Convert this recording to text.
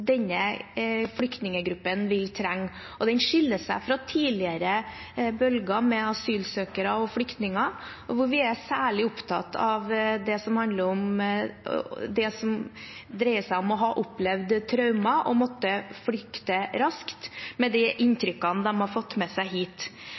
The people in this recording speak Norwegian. denne flyktninggruppen vil trenge. Den skiller seg fra tidligere bølger med asylsøkere og flyktninger, vi er særlig opptatt av det som dreier seg om å ha opplevd traumer og måtte flykte raskt, med de